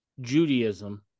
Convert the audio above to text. Judaism